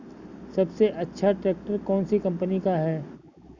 सबसे अच्छा ट्रैक्टर कौन सी कम्पनी का है?